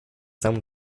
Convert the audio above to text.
самым